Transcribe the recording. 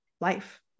life